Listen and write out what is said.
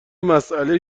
مسئله